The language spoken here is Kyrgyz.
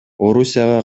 орусияга